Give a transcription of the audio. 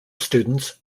students